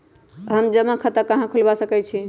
हम जमा खाता कहां खुलवा सकई छी?